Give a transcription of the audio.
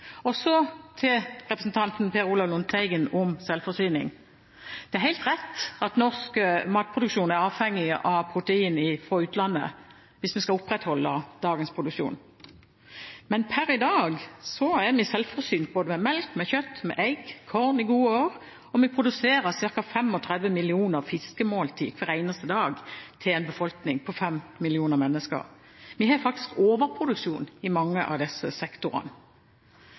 Så til representanten Per Olaf Lundteigen om selvforsyning. Det er helt rett at norsk matproduksjon er avhengig av protein fra utlandet hvis vi skal opprettholde dagens produksjon. Men per i dag er vi selvforsynt både med melk, kjøtt, egg, korn i gode år, og vi produserer ca. 35 millioner fiskemåltider hver eneste dag til en befolkning på 5 millioner mennesker. Vi har faktisk overproduksjon i mange av disse sektorene.